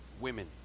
women